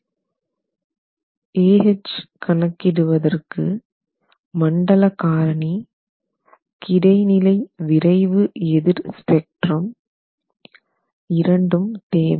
Ah கணக்கு இடுவதற்கு மண்டல காரணி zonal factor Z2 கிடைநிலை விரைவு எதிர் spectrum horizontal acceleration response spectrum Sag இரண்டும் தேவை